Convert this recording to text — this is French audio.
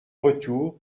retour